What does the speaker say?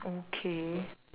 okay